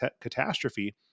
catastrophe